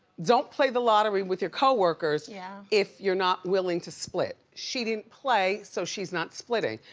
don't play the lottery with your co-workers yeah if you're not willing to split. she didn't play, so she's not splitting.